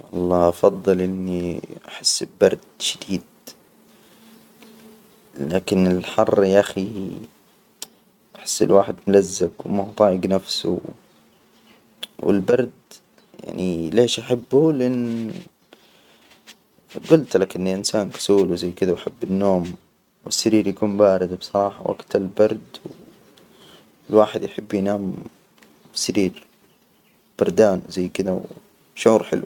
والله افضل اني احس ببرد شديد. لكن الحر ياأخى، أحس الواحد ملزق، وماهو طايج نفسه، والبرد يعني ليش أحبه؟ لأن جلت لك إني إنسان كسول، وزي كده، وأحب النوم والسرير يكون بارد، بصراحة وقت البرد و الواحد يحب ينام فى سرير بردان زي كده، و شعور حلو.